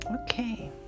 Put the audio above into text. Okay